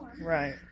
right